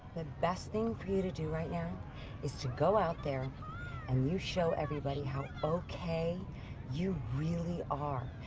the best thing for you to do right now is to go out there and you show everybody how okay you really are,